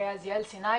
אז יעל סיני,